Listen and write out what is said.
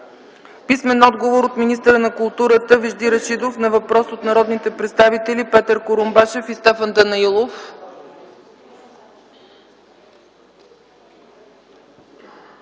и Анна Янева; - от министъра на културата Вежди Рашидов на въпрос от народните представители Петър Курумбашев и Стефан Данаилов;